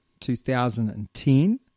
2010